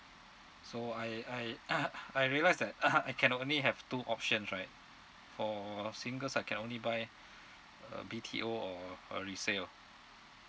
so I I I realise that I can only have two options right for singles I can only buy a B_T_O or a resale